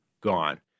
gone